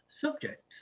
subject